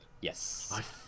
Yes